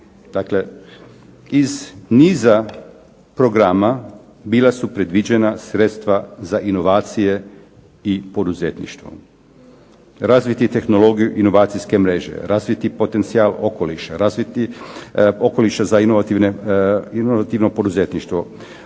dakle iz niza programa bila su predviđena sredstva za inovacije i poduzetništvo. Razviti tehnologiju inovacijske mreže, razviti potencijal okoliša, razviti okoliša za inovativno poduzetništvo,